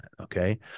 okay